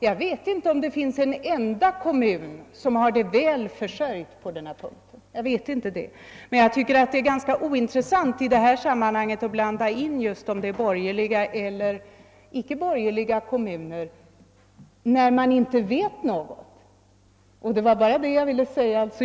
Jag vet inte om det finns en enda kommun som har det väl sörjt på denna punkt, och jag tycker att det är ganska ointressant att i det sammanhanget blanda in frågan om huruvida det är borgerlig eller inte borgerlig majoritet i kommunerna. Det var bara detta jag ville säga.